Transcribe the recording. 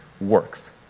works